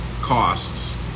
costs